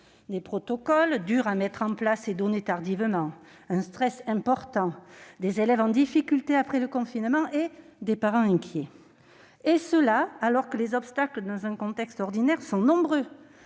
des protocoles difficiles à mettre en place et communiqués tardivement, un stress important, des élèves en difficulté après le confinement, et des parents inquiets. Et ce alors que les obstacles dans un contexte ordinaire sont nombreux